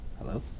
hello